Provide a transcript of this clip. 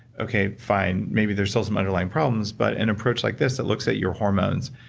okay fine maybe there's still some underlying problems, but an approach like this that looks at your hormones,